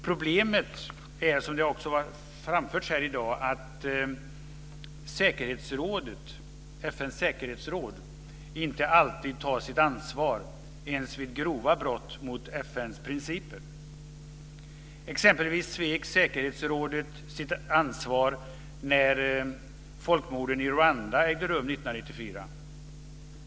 Problemet är, som också har framförts här i dag, att FN:s säkerhetsråd inte alltid tar sitt ansvar ens vid grova brott mot FN:s principer. Exempelvis svek säkerhetsrådet sitt ansvar när folkmorden i Rwanda ägde rum 1994.